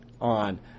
on